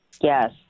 Yes